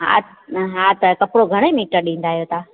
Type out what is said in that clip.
हा न हा त कपिड़ो घणे मीटर ॾींदा आहियो तव्हां